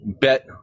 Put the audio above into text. bet